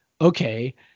okay